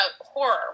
horror